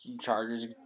Chargers